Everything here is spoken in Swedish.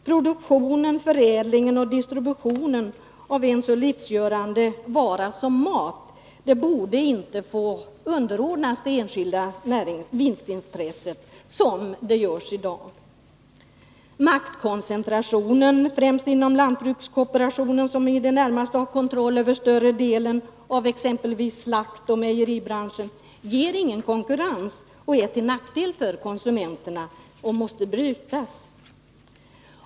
Produktionen, förädlingen och distributionen av en så livsavgörande vara som mat borde inte få vara underordnade det enskilda vinstintresset, som det är i dag. Maktkoncentrationen, främst inom lantbrukskooperationen, som har i det närmaste kontroll över större delen av exempelvis slaktoch mejeribranscherna, ger ingen konkurrens. Den är till nackdel för konsumenterna och den måste brytas.